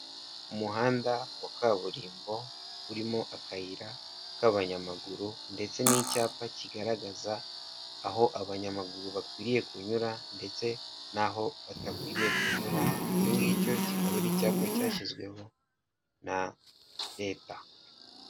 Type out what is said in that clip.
Umuhanda wa kaburimbo urimo akayira k'abanyamaguru ndetse n'icyapa kigaragaza aho abanyamaguru bakwiriye kunyura, ndetse n'aho udakwiriye kunyura, icyo ngicyo kikaba ari icyapa cyashyizweho na leta.